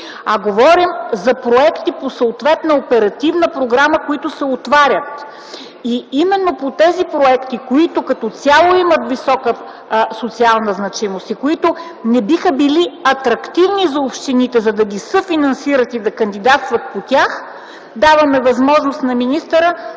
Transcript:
а говорим за проекти по съответна оперативна програма, които се отварят. И именно по тези проекти, които като цяло имат висока социална значимост, и които не биха били атрактивни за общините, за да ги съфинансират и да кандидатстват по тях, даваме възможност на министъра